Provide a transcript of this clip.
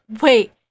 Wait